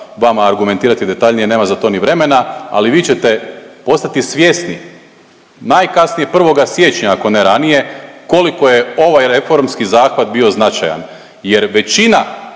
vama argumentirati detaljnije nema za to ni vremena, ali vi ćete postati svjesni najkasnije 1. siječnja ako ne ranije koliko je ovaj reformski zahvat bio značajan